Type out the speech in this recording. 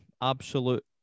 absolute